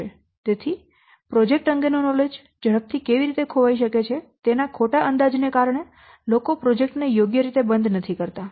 તેથી પ્રોજેક્ટ અંગેનું નોલેજ ઝડપથી કેવી રીતે ખોવાઈ શકે છે તેના ખોટા અંદાજને કારણે લોકો પ્રોજેક્ટ ને યોગ્ય રીતે બંધ નથી કરતા